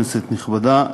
כנסת נכבדה,